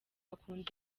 akunda